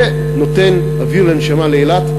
זה נותן אוויר לנשימה לאילת.